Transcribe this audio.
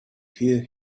hear